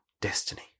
destiny